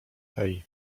hej